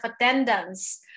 attendance